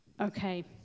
Okay